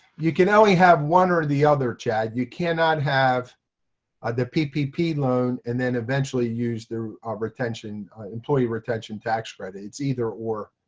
you can only have one or the other, chad. you cannot have the ppp loan and then eventually use the retention employee retention tax credit. it's either or.